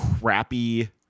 crappy